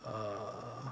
err